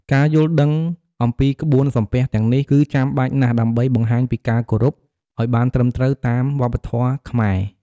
ការយល់ដឹងអំពីក្បួនសំពះទាំងនេះ គឺចាំបាច់ណាស់ដើម្បីបង្ហាញពីការគោរពឲ្យបានត្រឹមត្រូវតាមវប្បធម៌ខ្មែរ។